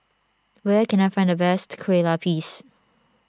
where can I find the best Kue Lupis